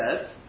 says